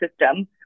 system